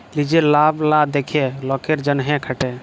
লিজের লাভ লা দ্যাখে লকের জ্যনহে খাটে